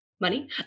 money